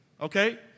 Okay